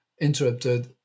interrupted